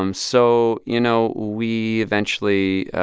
um so, you know, we eventually